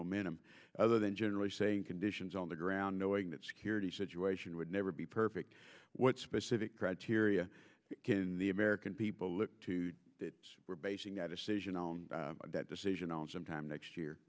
momentum other than generally saying conditions on the ground knowing that security situation would never be perfect what specific criteria can the american people look to that we're basing that decision on that decision on sometime next year